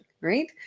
right